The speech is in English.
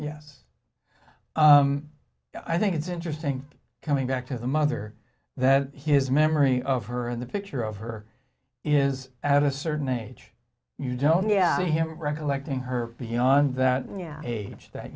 i think it's interesting coming back to the mother that his memory of her in the picture of her is at a certain age you don't yeah him recollecting her beyond that and yeah age that